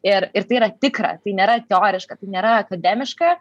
ir ir tai yra tikra tai nėra teoriška tai nėra akademiška